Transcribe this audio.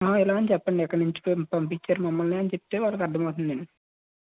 ఆ ఇలా అని చెప్పండి ఇక్కడ నుంచి పం పంపిచ్చారు మమ్మల్ని అని చెప్తే వాళ్ళుకు అర్ధమవుతుందండి